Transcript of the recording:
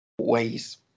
Ways